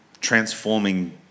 transforming